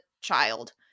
child